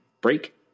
break